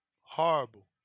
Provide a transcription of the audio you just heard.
horrible